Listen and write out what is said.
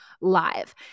live